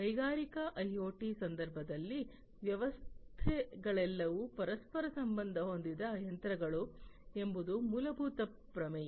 ಕೈಗಾರಿಕಾ ಐಒಟಿಯ ಸಂದರ್ಭದಲ್ಲಿ ವ್ಯವಸ್ಥೆಗಳೆಲ್ಲವೂ ಪರಸ್ಪರ ಸಂಬಂಧ ಹೊಂದಿದ ಯಂತ್ರಗಳು ಎಂಬುದು ಮೂಲಭೂತ ಪ್ರಮೇಯ